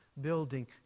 building